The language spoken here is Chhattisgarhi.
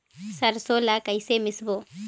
सरसो ला कइसे मिसबो?